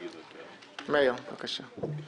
מאיר, בבקשה.